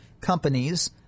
companies